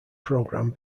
program